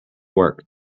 work